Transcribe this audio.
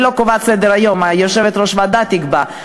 אני לא קובעת את סדר-היום, יושבת-ראש הוועדה תקבע.